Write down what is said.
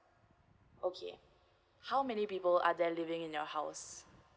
okay how many people are there living in your house